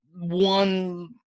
one